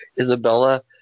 Isabella